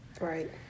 Right